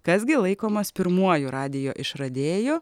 kas gi laikomas pirmuoju radijo išradėju